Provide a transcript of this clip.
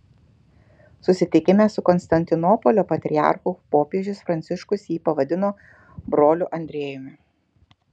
susitikime su konstantinopolio patriarchu popiežius pranciškus jį pavadino broliu andriejumi